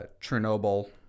Chernobyl